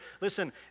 listen